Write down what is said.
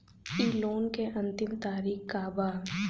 इ लोन के अन्तिम तारीख का बा?